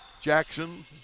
Jackson